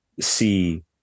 see